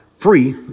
free